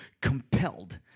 compelled